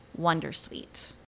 Wondersuite